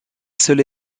seule